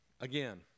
again